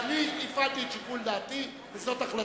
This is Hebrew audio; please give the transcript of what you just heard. אני הפעלתי את שיקול דעתי וזאת החלטתי.